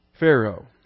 Pharaoh